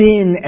Sin